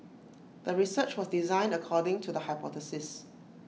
the research was designed according to the hypothesis